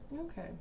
Okay